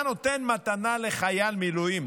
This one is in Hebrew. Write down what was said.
אתה נותן מתנה לחייל מילואים,